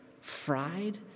fried